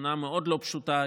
שכונה מאוד לא פשוטה,